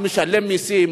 המשלם מסים,